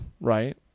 Right